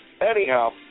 anyhow